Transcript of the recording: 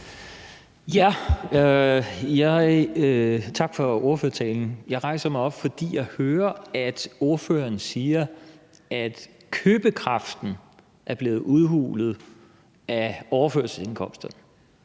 (V): Tak for ordførertalen. Jeg rejser mig op, fordi jeg hører, at ordføreren siger, at købekraften er blevet udhulet af overførselsindkomsterne